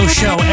show